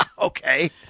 Okay